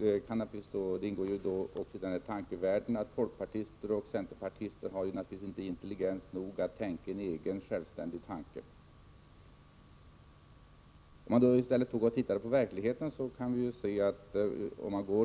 I den tankevärlden ingår också att folkpartister och centerpartister inte har intelligens nog till självständigt tänkande. Om vi i stället tittar på verkligheten kan vi av